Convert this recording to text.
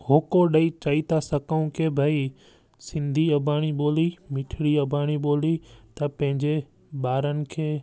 होको ॾई चई था सघूं की भई सिंधी अबाणी ॿोली मिठिड़ी अबाणी ॿोली त पंहिंजे ॿारनि खे